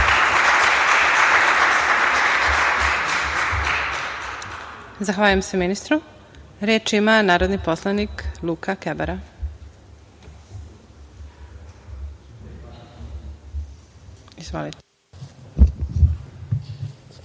Zahvaljujem se ministru. Reč ima narodni poslanik Luka Kebara. Izvolite.